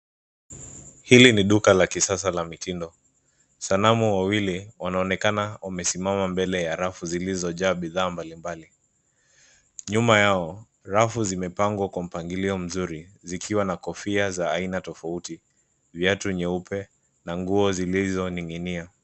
Hili ni duka la kisasa la mitindo. Sanamu wawili wanaonekana wamesimama mbele ya rafu zilizojaa bidhaa mbalimbali. Nyuma yao rafu zimepangwa kwa mpagilio mzuri zikiwa na kofia za aina tofauti, viatu nyeupe na nguo zilizoning'inia.